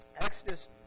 Exodus